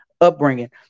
upbringing